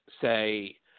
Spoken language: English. say